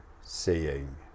seeing